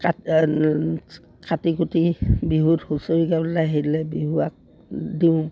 কাটি কুটি বিহুত হুঁচৰি আহিলে বিহুৱাক দিওঁ